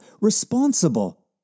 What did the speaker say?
responsible